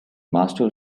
master